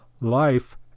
life